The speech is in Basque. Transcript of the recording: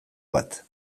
bat